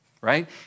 right